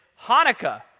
Hanukkah